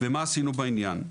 ומה עשינו בעניין.